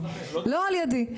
לא על ידי.